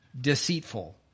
deceitful